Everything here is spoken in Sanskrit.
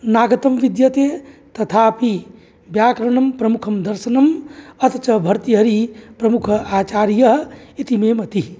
नागतं विद्यते तथापि व्याकरणं प्रमुखं दर्शनम् अथ च भर्तृहरिः प्रमुखः आचार्यः इति मे मति